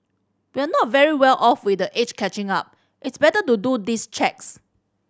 we're not very well off with age catching up it's better to do these checks